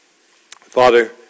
Father